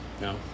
No